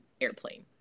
airplane